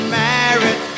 married